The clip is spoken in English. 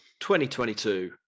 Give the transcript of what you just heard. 2022